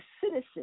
citizen